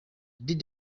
did